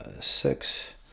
six